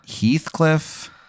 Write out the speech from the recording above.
Heathcliff